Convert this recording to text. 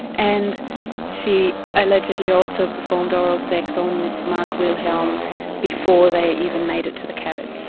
and she allegedly also performed oral sex on mark wilhelm before they even made it to the cabin.